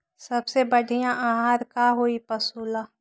सबसे बढ़िया आहार का होई पशु ला?